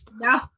No